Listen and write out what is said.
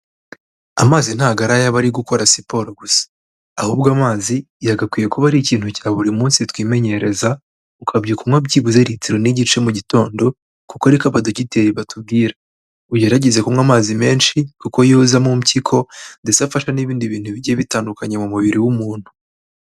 Amazi ntago ari ay'abakora siporo gusa, ahubwo amazi yagakwiye kuba ari ikintu cya buri munsi twimenyereza, ukabyuka unywa byibuze litiro n'igice mu gitondo, kuko ariko aba dogiteri batubwira, ugerageze kunywa amazi menshi kuko yoza mu mpyiko, ndetse afasha n'ibindi bintu bigiye bitandukanye mu mubiri w'umuntu.